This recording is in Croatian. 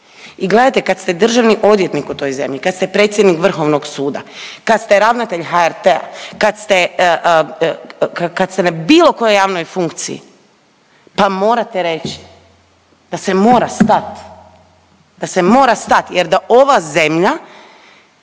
I gledajte kad ste državni odvjetnik u toj zemlji, kad ste predsjednik Vrhovnog suda, kad ste ravnatelj HRT-a, kad ste, kad ste na bilo kojoj javnoj funkciji pa morate reći da se mora stat. Da se mora stat jer da ova zemlja